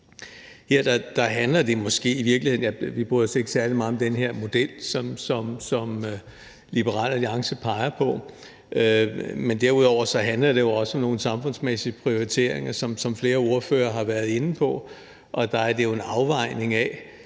særlig meget om den her model, som Liberal Alliance peger på, men derudover handler det jo også om nogle samfundsmæssige prioriteringer, som flere ordførere har været inde på, og der er det en afvejning af,